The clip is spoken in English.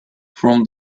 from